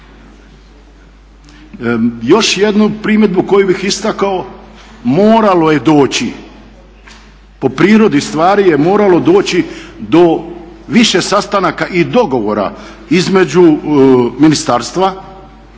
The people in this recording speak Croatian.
Još jednu primjedbu koju bih istakao, moralo je doći, po prirodi stvari je moralo doći do više sastanaka i dogovora između ministarstva,